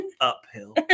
uphill